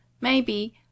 Maybe